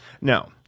No